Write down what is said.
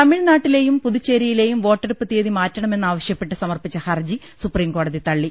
തമിഴ്നാട്ടിലെയും പുതുച്ചേരിയിലെയും വോട്ടെടുപ്പ് തിയ്യതി മാറ്റണമെന്ന് ആവശ്യപ്പെട്ട് സമർപ്പിച്ച ഹർജി സുപ്രീംകോടതി തള്ളി